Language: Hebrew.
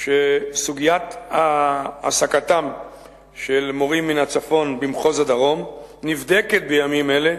שסוגיית העסקתם של מורים מן הצפון במחוז הדרום נבדקת בימים אלה